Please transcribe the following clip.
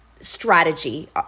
strategy